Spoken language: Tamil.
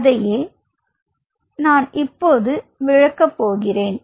அதையே நான் இப்பொழுது விளக்கப் போகிறேன்